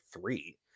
three